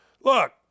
Look